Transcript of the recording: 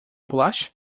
bolacha